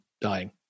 dying